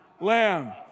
Lamb